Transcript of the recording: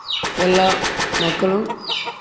எல்லாம் மக்களும்